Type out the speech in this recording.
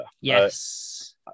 Yes